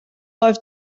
oedd